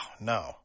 no